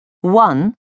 One